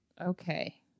Okay